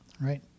right